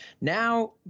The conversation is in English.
now